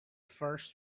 first